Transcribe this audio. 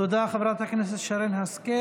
תודה, חברת הכנסת שרן השכל.